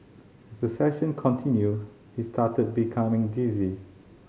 session continued he started becoming dizzy